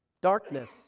Darkness